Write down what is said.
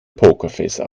pokerface